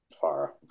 far